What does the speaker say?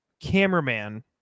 cameraman